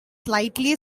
slightly